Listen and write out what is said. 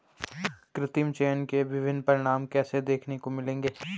कृत्रिम चयन के विभिन्न परिणाम कैसे देखने को मिलेंगे?